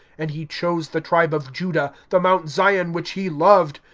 and he chose the tribe of judah, the mount zion which he loved.